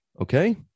okay